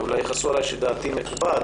אולי יכעסו עליי שדעתי מקובעת,